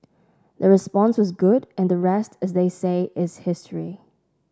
the response was good and the rest as they say is history